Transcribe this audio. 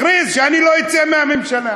הכריז: אני לא אצא מהממשלה.